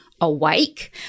awake